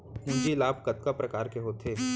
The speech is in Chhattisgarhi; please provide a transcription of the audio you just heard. पूंजी लाभ कतना प्रकार के होथे?